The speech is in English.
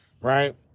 right